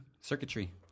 Circuitry